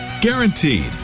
Guaranteed